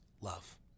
love